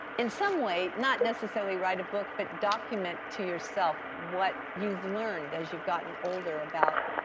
in some way, not necessarily write a book, but document to yourself what you've learned, as you've gotten older about,